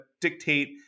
dictate